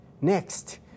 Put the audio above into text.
Next